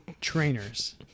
trainers